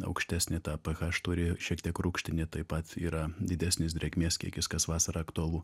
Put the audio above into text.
aukštesnį tą ph turi šiek tiek rūgštinį taip pat yra didesnis drėgmės kiekis kas vasarą aktualu